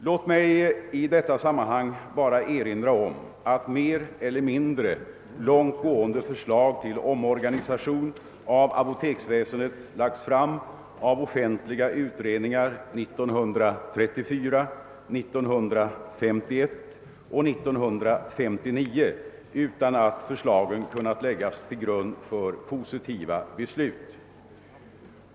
Låt mig i detta sammanhang erinra om de mer eller mindre långt gående förslag till omorganisation av apoteksväsendet som har lagts fram i offentliga utredningar 1934, 1951 och 1959 utan att förslagen kunnat läggas till grund för positiva beslut.